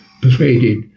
persuaded